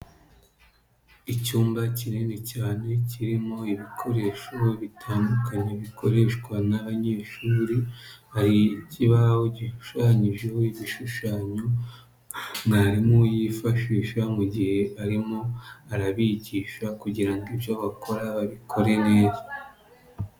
Icyumba kinini cyane kirimo ibikoresho bitandukanye bikoreshwa n'abanyeshuri, hari ikibaho gishushanyijeho igishushanyo mwarimu yifashisha mu gihe arimo arabigisha kugira ngo ibyo bakora babikore neza.